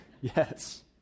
Yes